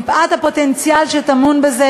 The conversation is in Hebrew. מפאת הפוטנציאל שטמון בזה,